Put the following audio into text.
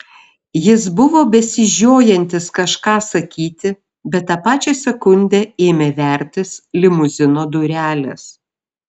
jis buvo besižiojantis kažką sakyti bet tą pačią sekundę ėmė vertis limuzino durelės